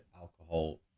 alcohol